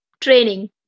training